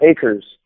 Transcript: Acres